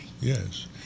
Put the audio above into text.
Yes